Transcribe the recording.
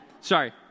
sorry